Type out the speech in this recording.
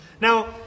Now